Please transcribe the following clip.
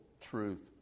truth